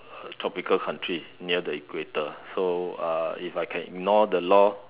tropical country near the equator so uh if I can ignore the law or